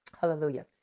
Hallelujah